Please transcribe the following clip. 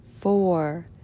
four